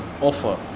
offer